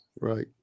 Right